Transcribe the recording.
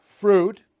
Fruit